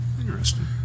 interesting